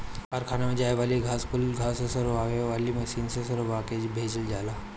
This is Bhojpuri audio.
कारखाना में जाए वाली घास कुल के घास झुरवावे वाली मशीन से झुरवा के भेजल जाला